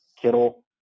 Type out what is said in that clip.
Kittle